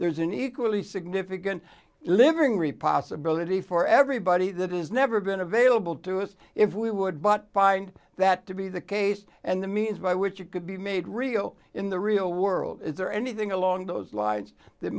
there's an equally significant delivering re possibility for everybody that has never been available to us if we would but find that to be the case and the means by which it could be made real in the real world is there anything along those lines that